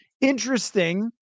Interesting